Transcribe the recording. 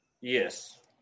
Yes